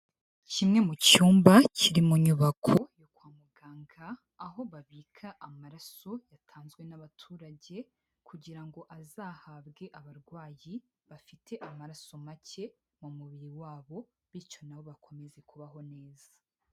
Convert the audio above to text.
Kimwe mu cyumba kiri mu nyubako yo kwa muganga, aho babika amaraso yatanzwe n'abaturage kugira ngo azahabwe abarwayi bafite amaraso make mu mubiri wabo bityo na bo bakomeze kubaho neza.